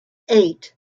eight